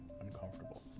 uncomfortable